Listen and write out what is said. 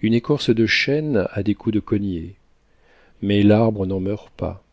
une écorce de chêne a des coups de cognées mais l'arbre n'en meurt pas